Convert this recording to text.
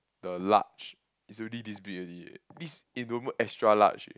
the large is already this big already eh this enormous extra large eh